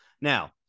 Now